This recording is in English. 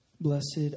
Blessed